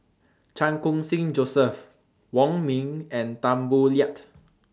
Chan Khun Sing Joseph Wong Ming and Tan Boo Liat